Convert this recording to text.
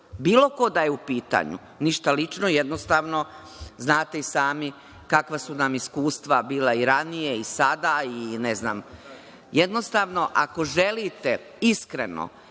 bilo ko da je u pitanju. Ništa lično, jednostavno, znate i sami kakva su nam iskustva bila i ranije i sada. Jednostavno, ako želite iskreno